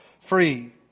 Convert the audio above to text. free